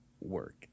work